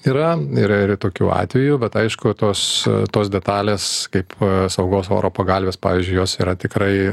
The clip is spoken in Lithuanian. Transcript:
yra ir ir tokių atveju bet aišku tos tos detalės kaip saugos oro pagalvės pavyzdžiui jos yra tikrai